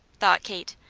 thought kate.